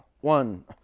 One